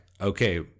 okay